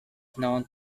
known